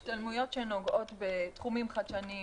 יש השתלמויות שנוגעות בתחומים חדשניים,